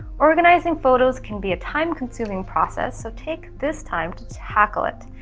organizing photos can be a time-consuming process, so take this time to tackle it.